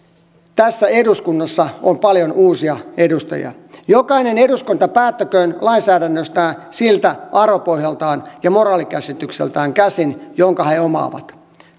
tässä eduskunnassa on paljon uusia edustajia jokainen eduskunta päättäköön lainsäädännöstään siltä arvopohjaltaan ja moraalikäsitykseltään käsin jonka he omaavat